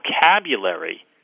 vocabulary